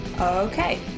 Okay